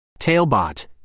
Tailbot